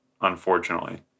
unfortunately